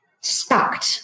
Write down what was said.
stuck